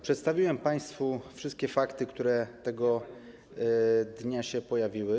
Przedstawiłem państwu wszystkie fakty, które tego dnia się pojawiły.